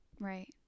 Right